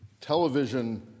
television